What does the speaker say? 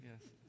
yes